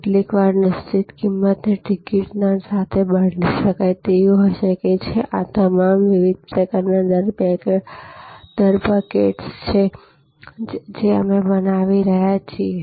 કેટલીકવાર નિશ્ચિત કિંમતની ટિકિટ દંડ સાથે બદલી શકાય તેવી હોઈ શકે છે આ તમામ વિવિધ પ્રકારના દર બકેટ્સ છે જે અમે બનાવી રહ્યા છીએ